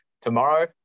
Tomorrow